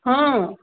ହଁ